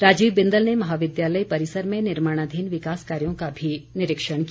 राजीव बिंदल ने महाविद्यालय परिसर में निर्माणाधीन विकास कार्यों का भी निरीक्षण किया